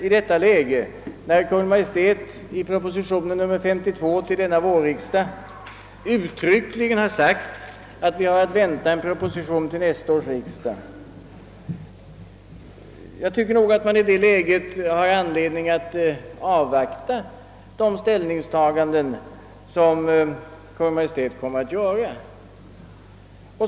I detta läge, när Kungl. Maj:t i proposition nr 32 till denna vårriksdag uttryckligen har sagt att vi har att vänta en proposition i ämnet till nästa riksdag, tycker jag nog, att vi har anledning att avvakta de ställningstaganden som Kungl. Maj:t kommer att göra.